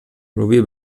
lubię